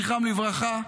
זכרם לברכה,